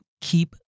Keep